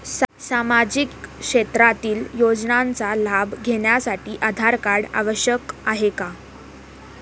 सामाजिक क्षेत्रातील योजनांचा लाभ घेण्यासाठी आधार कार्ड आवश्यक आहे का?